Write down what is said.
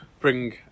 Bring